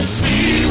see